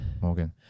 Morgan